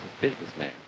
businessman